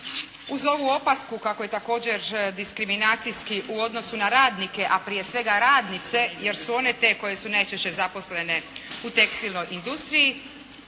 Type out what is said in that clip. uz ovu opasku kako je također diskriminacijski u odnosu na radnike, a prije svega radnice, jer su one te koje su najčešće zaposlene u tekstilnoj industriji